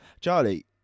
Charlie